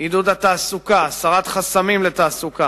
עידוד התעסוקה, הסרת חסמים לתעסוקה,